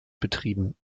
betrieben